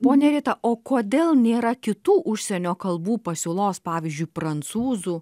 ponia rita o kodėl nėra kitų užsienio kalbų pasiūlos pavyzdžiui prancūzų